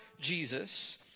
Jesus